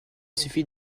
suffit